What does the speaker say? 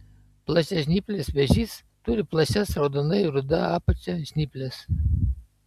plačiažnyplis vėžys turi plačias raudonai ruda apačia žnyples